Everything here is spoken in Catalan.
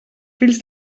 fills